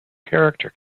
character